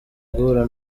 guhura